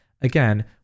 again